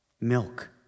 Milk